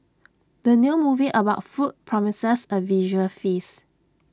the new movie about food promises A visual feast